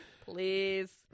Please